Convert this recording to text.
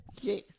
Yes